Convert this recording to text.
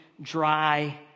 dry